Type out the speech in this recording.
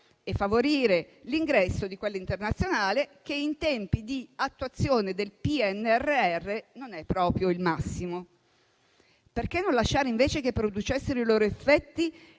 e favorire l'ingresso di quella internazionale che in tempi di attuazione del PNRR non è proprio il massimo. Perché non lasciare invece che producessero i loro effetti